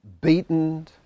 beaten